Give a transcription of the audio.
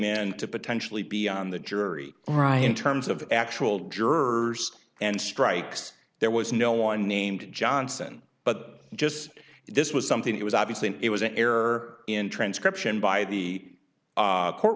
in to potentially be on the jury all right in terms of actual jurors and strikes there was no one named johnson but just if this was something it was obviously it was an error in transcription by the court